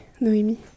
Noémie